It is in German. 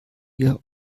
ihr